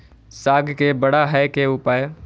साग के बड़ा है के उपाय?